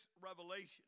revelation